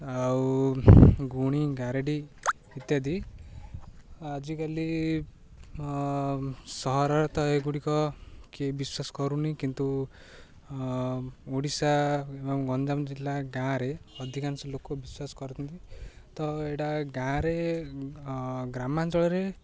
ଆଉ ଗୁଣିଗାରେଡ଼ି ଇତ୍ୟାଦି ଆଜିକାଲି ସହରରେ ତ ଏଗୁଡ଼ିକ କିଏ ବିଶ୍ୱାସ କରୁନି କିନ୍ତୁ ଓଡ଼ିଶା ଏବଂ ଗଞ୍ଜାମ ଜିଲ୍ଲା ଗାଁରେ ଅଧିକାଂଶ ଲୋକ ବିଶ୍ୱାସ କରନ୍ତି ତ ଏଇଟା ଗାଁରେ ଗ୍ରାମାଞ୍ଚଳରେ